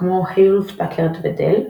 כמו היולט-פקארד ודל,